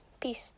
peace